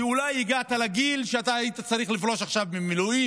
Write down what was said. כי אולי הגעת לגיל שהיית צריך לפרוש עכשיו ממילואים?